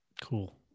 Cool